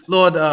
Lord